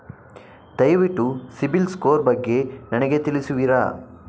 ದಯವಿಟ್ಟು CIBIL score ಬಗ್ಗೆ ನನಗೆ ತಿಳಿಸುವಿರಾ?